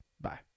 Bye